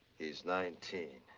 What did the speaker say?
he's nineteen.